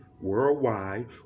worldwide